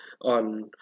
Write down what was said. on